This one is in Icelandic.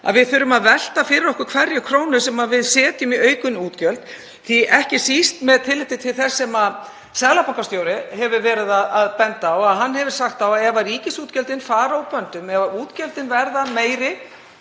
að við þurfum að velta fyrir okkur hverri krónu sem við setjum í aukin útgjöld, ekki síst með tilliti til þess sem seðlabankastjóri hefur verið að benda á. Hann hefur sagt að ef ríkisútgjöldin fari úr böndum, ef útgjöldin verði meiri